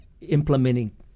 implementing